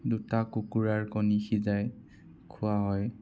দুটা কুকুৰাৰ কণী সিজাই খোৱা হয়